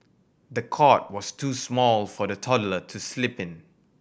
the cot was too small for the toddler to sleep in